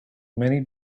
many